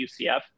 UCF